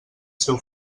seu